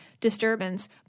disturbance